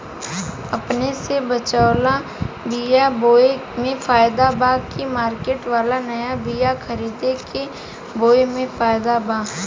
अपने से बचवाल बीया बोये मे फायदा बा की मार्केट वाला नया बीया खरीद के बोये मे फायदा बा?